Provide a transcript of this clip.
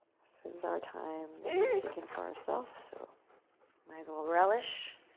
this is our time that we've taken for ourself. so might as well relish